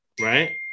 right